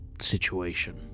situation